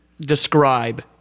describe